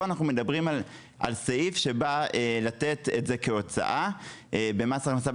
פה אנחנו מדברים על סעיף שבא לתת את זה כהוצאה; במס הכנסה,